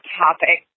topic